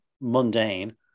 mundane